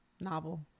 novel